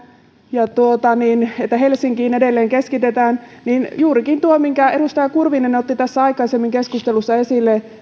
että helsinkiin edelleen keskitetään niin juurikin tuo tuomioistuinvirasto minkä edustaja kurvinen otti tässä aikaisemmin keskustelussa esille